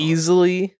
Easily